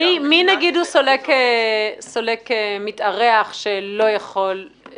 מי הוא סולק מתארח שהוא מוגבל?